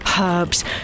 herbs